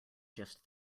just